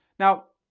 now,